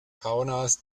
kaunas